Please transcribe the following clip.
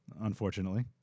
unfortunately